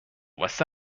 واسه